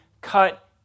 cut